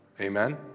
Amen